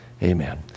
Amen